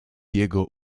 jego